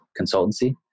consultancy